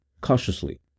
cautiously